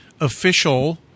official